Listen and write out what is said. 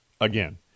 again